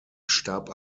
starb